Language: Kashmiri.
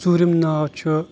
ژوٗرِم ناو چھُ